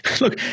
Look